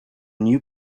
new